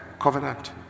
Covenant